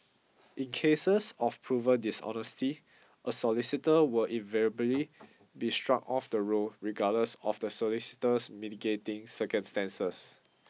in cases of proven dishonesty a solicitor will invariably be struck off the roll regardless of the solicitor's mitigating circumstances